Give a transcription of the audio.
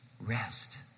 rest